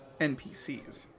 NPCs